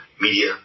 media